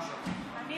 לא מסתכלים לכיוון הזה.